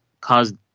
caused